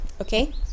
Okay